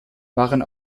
waren